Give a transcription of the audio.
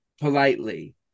politely